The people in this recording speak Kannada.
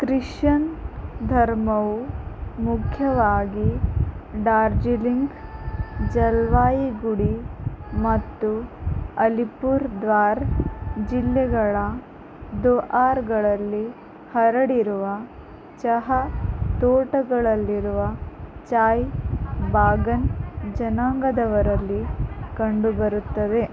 ಕ್ರಿಶ್ಶನ್ ಧರ್ಮವು ಮುಖ್ಯವಾಗಿ ಡಾರ್ಜಿಲಿಂಗ್ ಜಲ್ಪಾಯೀಗುಡೀ ಮತ್ತು ಅಲಿಪುರ್ದ್ವಾರ್ ಜಿಲ್ಲೆಗಳ ದೊಆರ್ಗಳಲ್ಲಿ ಹರಡಿರುವ ಚಹಾ ತೋಟಗಳಲ್ಲಿರುವ ಚಾಯ್ ಬಾಗನ್ ಜನಾಂಗದವರಲ್ಲಿ ಕಂಡು ಬರುತ್ತವೆ